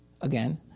Again